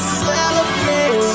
celebrate